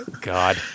God